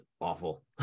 awful